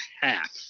half